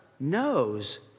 knows